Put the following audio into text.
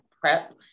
prep